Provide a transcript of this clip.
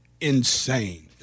insane